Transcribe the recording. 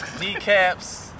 kneecaps